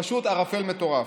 פשוט ערפל מטורף.